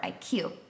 IQ